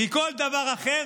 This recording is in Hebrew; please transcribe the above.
כי כל דבר אחר,